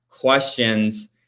questions